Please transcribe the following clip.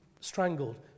strangled